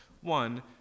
One